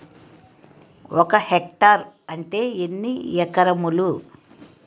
ఒక హెక్టార్ అంటే ఎన్ని ఏకరములు?